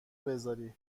بذاری